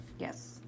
Yes